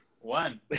One